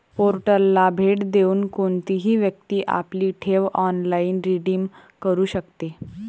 पोर्टलला भेट देऊन कोणतीही व्यक्ती आपली ठेव ऑनलाइन रिडीम करू शकते